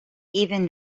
even